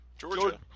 Georgia